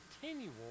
continual